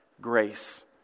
grace